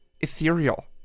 Ethereal